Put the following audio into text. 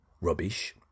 rubbish